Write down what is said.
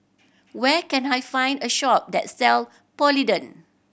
where can I find a shop that sell Polident